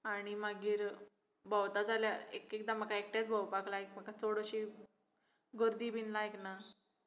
आनी मागीर भोंवता जाल्यार एक एकदां म्हाका एकटेंत भोंवपाक लायक म्हाका चड अशी गर्दी बी लायक ना